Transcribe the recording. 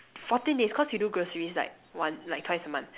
fourteen days cause you do groceries like one like twice a month